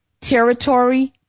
territory